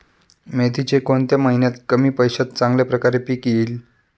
मेथीचे कोणत्या महिन्यात कमी पैशात चांगल्या प्रकारे पीक येईल?